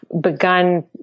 begun